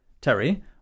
Terry